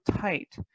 tight